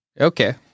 okay